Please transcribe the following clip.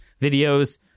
videos